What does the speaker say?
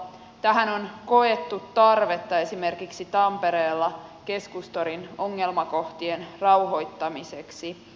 tähän on koettu tarvetta esimerkiksi tampereella keskustorin ongelmakohtien rauhoittamiseksi